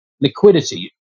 liquidity